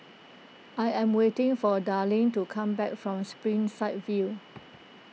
I am waiting for Darlyne to come back from Springside View